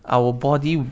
our body